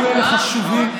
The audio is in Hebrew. הרב קוק מתהפך בקברו.